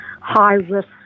high-risk